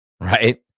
Right